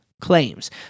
claims